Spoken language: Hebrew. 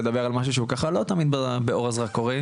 לדבר על משהו שהוא ככה לא תמיד באור הזרקורים.